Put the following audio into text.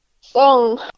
song